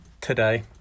today